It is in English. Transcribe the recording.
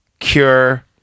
Cure